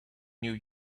new